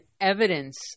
evidence